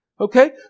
Okay